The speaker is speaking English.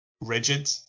rigid